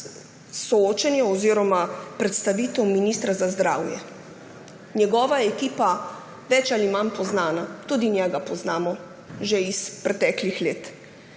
soočenje oziroma predstavitev ministra za zdravje. Njegova ekipa je bolj ali manj poznana, tudi njega poznamo že iz preteklih let,